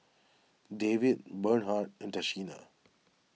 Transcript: Davie Bernhard and Tashina